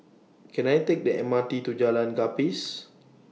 Can I Take The M R T to Jalan Gapis